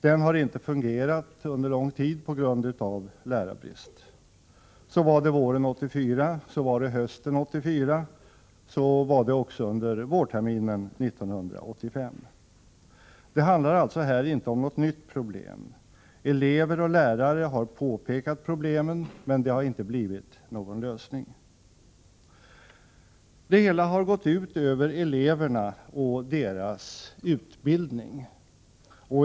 Den har på grund av lärarbrist under lång tid inte fungerat. Så var det våren 1984 och hösten 1984, och så var det också under vårterminen 1985. Det handlar alltså inte om något nytt problem. Elever och lärare har påtalat problemen, men det har inte blivit någon lösning. Det hela har gått ut över eleverna och deras utbildning.